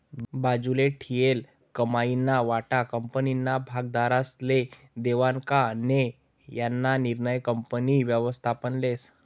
बाजूले ठीयेल कमाईना वाटा कंपनीना भागधारकस्ले देवानं का नै याना निर्णय कंपनी व्ययस्थापन लेस